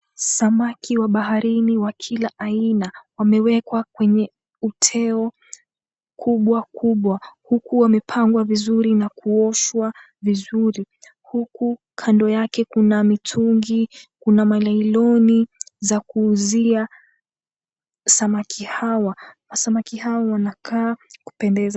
Samaki wa baharini wa kila aina wamewekwa kwenye uteo kubwa kubwa huku wamepangwa vizuri na kuoshwa vizuri huku kando yake kuna mitungi, kuna ma nailoni za kuuzia samaki hawa, samaki hawa wanakaa kupendeza.